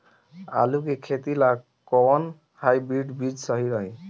आलू के खेती ला कोवन हाइब्रिड बीज सही रही?